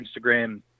Instagram